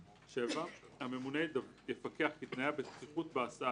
(7) הממונה יפקח כי תנאי הבטיחות בהסעה,